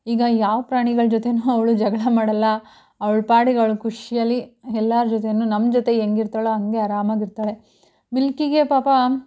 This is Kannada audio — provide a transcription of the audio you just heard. ಈಗ ಯಾವ ಪ್ರಾಣಿಗಳ ಜೊತೆಯೂ ಅವಳು ಜಗಳ ಮಾಡೋಲ್ಲ ಅವ್ಳ ಪಾಡಿಗೆ ಅವಳು ಖುಷಿಯಲ್ಲಿ ಎಲ್ಲರ ಜೊತೆಯೂ ನಮ್ಮ ಜೊತೆ ಹೆಂಗಿರ್ತಾಳೋ ಹಂಗೆ ಆರಾಮಾಗಿರ್ತಾಳೆ ಮಿಲ್ಕಿಗೆ ಪಾಪ